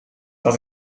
dat